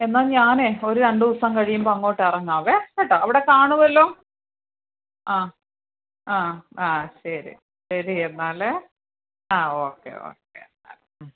എന്നാൽ ഞാൻ ഒര് രണ്ട് ദിവസം കഴിയുമ്പോൾ അങ്ങോട്ട് ഇറങ്ങാം കേട്ടോ അവിടെ കാണുമല്ലോ ആ ആ ആ ശരി ശരി എന്നാൽ ആ ഓക്കെ ഓക്കെ